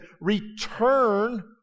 return